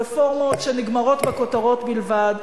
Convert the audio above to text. רפורמות שנגמרות בכותרות בלבד.